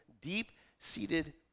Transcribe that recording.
deep-seated